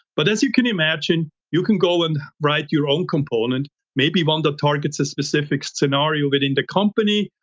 but as you can imagine, you can go and write your own component. maybe one that targets a specific scenario within the company,